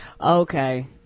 okay